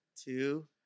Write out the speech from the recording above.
two